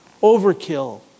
overkill